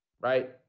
right